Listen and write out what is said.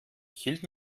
hielt